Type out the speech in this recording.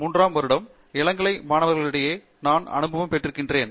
மூன்றாவது வருடம் இளங்கலை மாணவர்களிடையே நான் அனுபவம் பெற்றிருக்கிறேன்